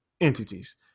entities